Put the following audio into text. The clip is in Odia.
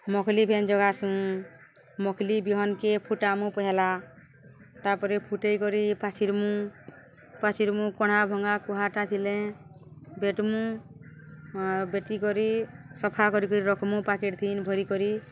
ମୁକ୍ଲି ଫେନ୍ ଜଗାସୁଁ ମଖ୍ଲି ବିହନ୍କେ ଫୁଟାମୁ ପହେଲା ତା'ପରେ ଫୁଟେଇ କରି ପାଛିର୍ମୁ ପାଛିର୍ମୁ କଣା ଭଙ୍ଗା କୁହାଟା ଥିଲେ ବେଟ୍ମୁ ଆର୍ ବେଟି କରି ସଫା କରି କରି ରଖ୍ମୁ ପାକେଟ୍ ଥିନ୍ ଭରି କରି